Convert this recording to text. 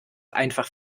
einfach